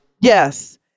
Yes